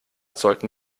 sollten